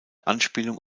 anspielung